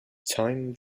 time